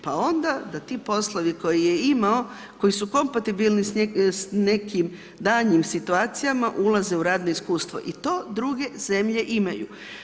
Pa onda da ti poslovi koje je imao koji su kompatibilni sa nekim daljnjim situacijama ulaze u radno iskustvo i to druge zemlje imaju.